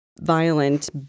violent